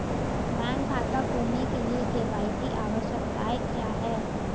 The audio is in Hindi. बैंक खाता खोलने के लिए के.वाई.सी आवश्यकताएं क्या हैं?